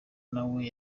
nawe